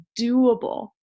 doable